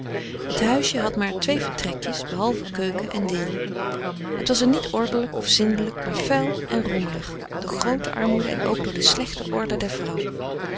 t huisje had maar twee vertrekjes behalve keuken en deel het was er niet ordelijk of zindelijk maar vuil en rommelig door groote armoede en ook door de slechte orde der vrouw